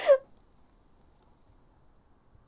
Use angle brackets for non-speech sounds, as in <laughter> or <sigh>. <laughs>